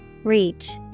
Reach